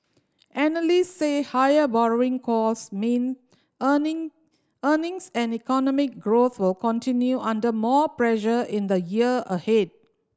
analysts say higher borrowing costs mean earning earnings and economic growth will come under more pressure in the year ahead